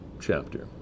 chapter